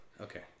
Okay